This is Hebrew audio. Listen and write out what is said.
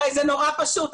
הרי זה נורא פשוט,